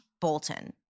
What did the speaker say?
Bolton